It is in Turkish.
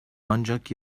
ancak